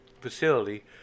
facility